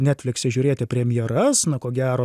netflikse žiūrėti premjeras na ko gero